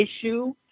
issue